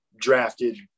drafted